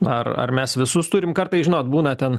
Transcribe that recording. ar ar mes visus turim kartais žinot būna ten